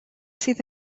sydd